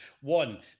One